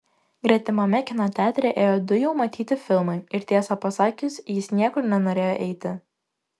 gretimame kino teatre ėjo du jau matyti filmai ir tiesą pasakius jis niekur nenorėjo eiti